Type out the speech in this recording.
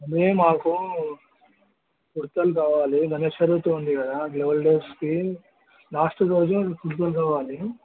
అదీ మాకు కుర్తాలు కావాలి గణేష్ చతుర్థి ఉంది కదా లెవన్ డేస్కి లాస్ట్ రోజు కుర్తాలు కావాలి